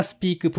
Speak